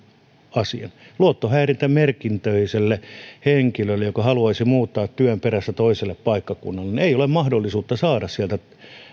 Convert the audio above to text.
asian luottohäiriömerkintäisellä henkilöllä joka haluaisi muuttaa työn perässä toiselle paikkakunnalle ei ole mahdollisuutta saada sieltä